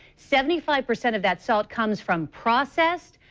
seventy five percent of that salt comes from processed,